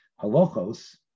Halachos